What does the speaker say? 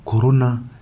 corona